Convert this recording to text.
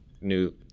new